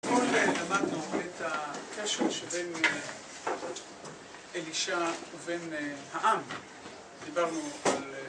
אתמול למדנו את הקשר שבין אלישע ובין העם. דיברנו על אה...